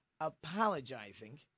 apologizing